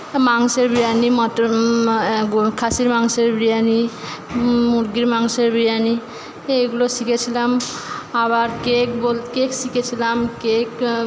মাংসের বিরিয়ানি মাটন খাসির মাংসের বিরিয়ানি মুরগির মাংসের বিরিয়ানি এগুলো শিখেছিলাম আবার কেক কেক শিখেছিলাম কেক